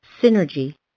Synergy